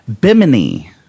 Bimini